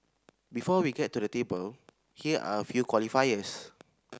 before we get to the table here are a few qualifiers